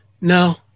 No